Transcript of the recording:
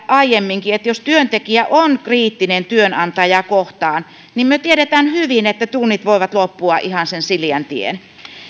aiemminkin se että jos työntekijä on kriittinen työnantajaa kohtaan niin me tiedämme hyvin että tunnit voivat loppua ihan sen siliän tien